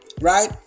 Right